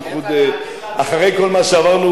בייחוד אחרי כל מה שעברנו,